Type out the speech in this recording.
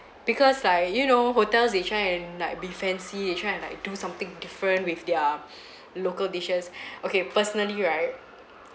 because like you know hotels they try and like be fancy they try and like do something different with their local dishes okay personally right